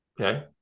Okay